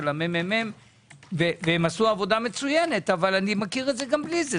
של הממ"מ והם עשו עבודה מצוינת אבל אני מכיר את זה גם בלי זה,